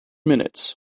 minutes